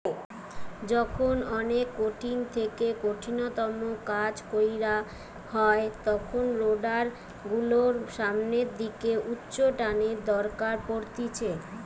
যখন অনেক কঠিন থেকে কঠিনতম কাজ কইরা হয় তখন রোডার গুলোর সামনের দিকে উচ্চটানের দরকার পড়তিছে